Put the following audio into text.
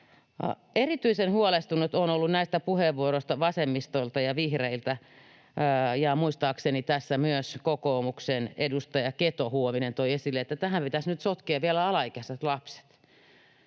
Erityisen huolestunut olen ollut näistä puheenvuoroista vasemmistolta ja vihreiltä, ja muistaakseni tässä myös kokoomuksen edustaja Keto-Huovinen toi esille, että tähän pitäisi nyt sotkea vielä alaikäiset lapset.